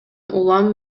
улам